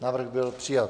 Návrh byl přijat.